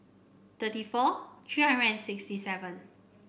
thirty four three hundred and sixty seven